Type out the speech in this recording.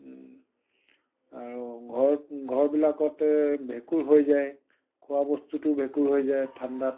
আৰু ঘৰ ঘৰবিলাকতো ভেঁকুৰ হৈ যায় খোৱা বস্তুটো ভেঁকুৰ হৈ যায় ঠাণ্ডাত